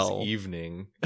evening